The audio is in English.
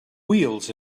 wheels